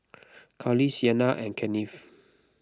Carly Sienna and Kennith